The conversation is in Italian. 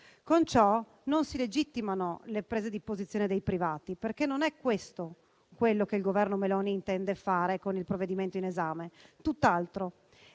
Con ciò non si legittimano le prese di posizione dei privati, perché non è questo quello che il Governo Meloni intende fare con il provvedimento in esame.